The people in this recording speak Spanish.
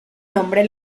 nombre